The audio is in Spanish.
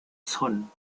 son